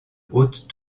hautes